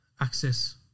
access